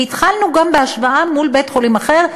והתחלנו גם בהשוואה עם בית-חולים אחר,